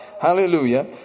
hallelujah